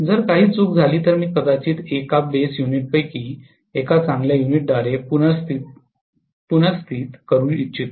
जर काही चूक झाली तर मी कदाचित एका बेस युनिटंपैकी एका चांगल्या युनिटद्वारे पुनर्स्थित करू इच्छितो